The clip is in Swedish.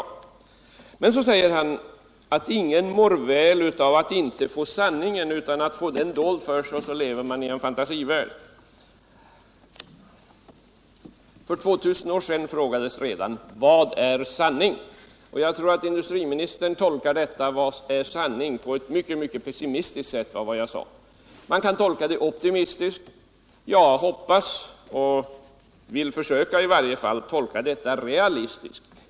Så påpekar industriministern att ingen mår väl av att inte få höra sanningen utan få den dold för sig. Då lever man i en fantasivärld. Redan för 2 000 år sedan frågades: Vad är sanning? Jag tror att industriministern tolkar detta med sanning på ett mycket pessimistiskt sätt. Man kan tolka det optimistiskt. Jag vill försöka tolka det realistiskt.